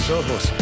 ojos